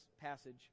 passage